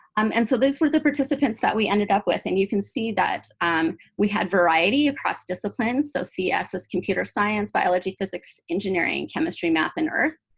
um and so those were the participants that we ended up with. and you can see that um we had variety across disciplines. so cs is computer science, biology, physics, engineering, chemistry, math, and earth.